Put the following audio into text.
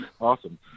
Awesome